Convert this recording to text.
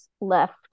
left